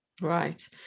Right